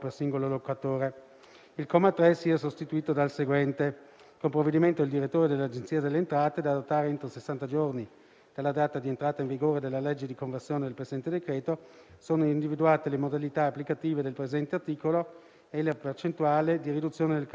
all'articolo 13-*ter*.9, il comma 1 è sostituito dal seguente: «1. In via eccezionale, in considerazione della situazione di emergenza epidemiologica da COVID-19, in deroga a quanto stabilito dall'articolo 8, comma 3, del decreto- legislativo 30 aprile 1997,